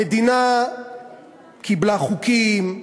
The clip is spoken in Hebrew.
המדינה קיבלה חוקים,